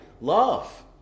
love